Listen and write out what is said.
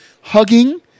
hugging